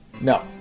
No